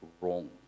wrong